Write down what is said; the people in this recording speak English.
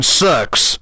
sucks